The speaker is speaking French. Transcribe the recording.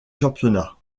championnat